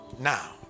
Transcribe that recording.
Now